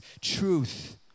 truth